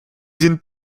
sind